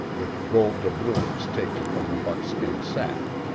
with gold doubloons taken from the buckskin sack.